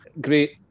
great